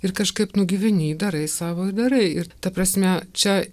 ir kažkaip nugyveni darai savo ir darai ir ta prasme čia